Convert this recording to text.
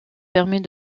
permet